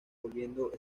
volviendo